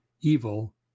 evil